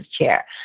chair